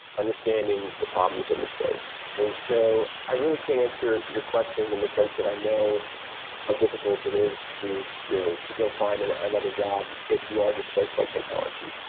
understanding the problems in the space. so i really can't answer your question in the sense that i know how difficult it is to you to go find and ah another job if you are displaced by technology,